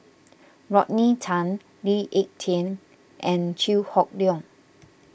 Rodney Tan Lee Ek Tieng and Chew Hock Leong